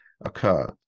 occur